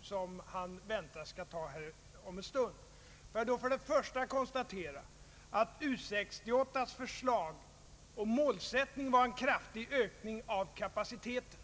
som han väntar skall fattas här om en stund. Låt mig först och främst konstatera att U 68:s förslag och målsättning var en kraftig ökning av kapaciteten.